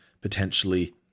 potentially